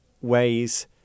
ways